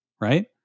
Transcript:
right